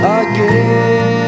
again